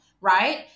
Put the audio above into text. Right